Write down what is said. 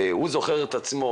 והוא זוכר את עצמו,